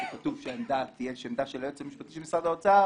כתוב שהעמדה תהיה עמדה של היועץ המשפטי של משרד האוצר